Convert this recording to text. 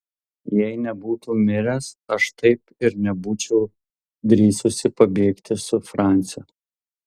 jei nebūtų miręs aš taip ir nebūčiau drįsusi pabėgti su franciu